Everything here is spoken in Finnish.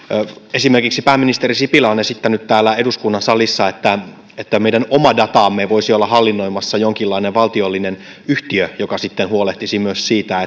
esimerkiksi pääministeri sipilä on esittänyt täällä eduskunnan salissa että että meidän omadataamme voisi olla hallinnoimassa jonkinlainen valtiollinen yhtiö joka sitten huolehtisi myös siitä